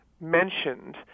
mentioned